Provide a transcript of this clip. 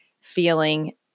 feeling